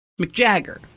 McJagger